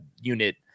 unit